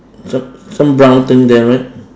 some some brown thing there right